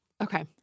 Okay